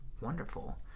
wonderful